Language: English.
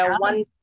One